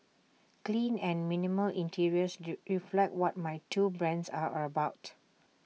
clean and minimal interiors reflect what my two brands are about